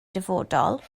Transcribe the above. dyfodol